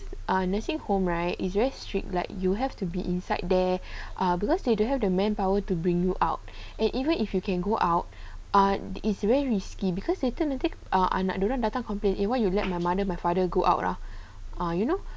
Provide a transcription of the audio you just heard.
a nursing home right is very strict like you have to be inside there are because they don't have the manpower to bring you out and even if you can go out err is very risky because later nanti anak dia orang datang complain eh why you let my mother my father go out ah ah you know